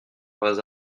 vrais